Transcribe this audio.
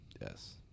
Yes